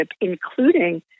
including